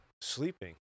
sleeping